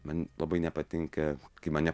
man labai nepatinka kai mane